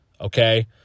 okay